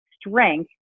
strength